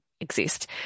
exist